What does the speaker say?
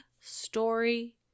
story